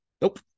Nope